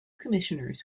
commissioners